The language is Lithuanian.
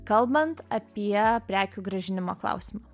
kalbant apie prekių grąžinimo klausimą